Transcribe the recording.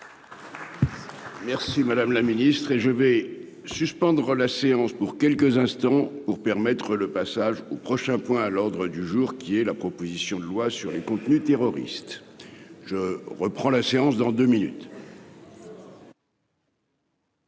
Merci madame la ministre, et je vais suspendre la séance pour quelques instants pour permettre le passage au prochain point à l'ordre du jour qui est la proposition de loi sur les contenus terroristes, je reprends la séance dans deux minutes.